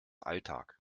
alltag